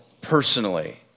personally